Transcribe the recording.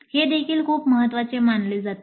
हे देखील खूप महत्वाचे मानले जाते